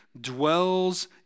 dwells